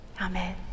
Amen